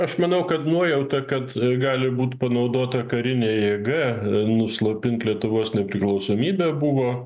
aš manau kad nuojauta kad gali būt panaudota karinė jėga nuslopint lietuvos nepriklausomybę buvo